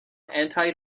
anti